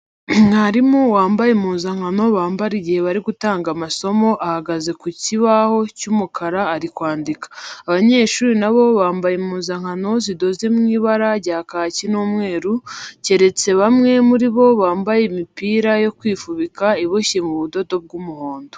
Mwarimu wambaye impuzankano bambara igihe bari gutanga amasomo ahagaze ku kibaho cy'umukara ari kwandika. Abanyeshuri na bo bambaye impuzankano zidoze mu ibara rya kaki n'umweru, keretse bamwe muri bo bambaye imipira yo kwifubika iboshye mu budodo bw'umuhondo.